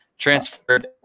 transferred